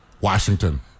Washington